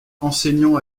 enseignant